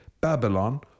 Babylon